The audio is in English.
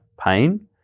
pain